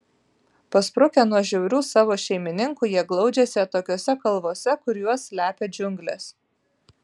pasprukę nuo žiaurių savo šeimininkų jie glaudžiasi atokiose kalvose kur juos slepia džiunglės